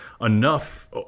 enough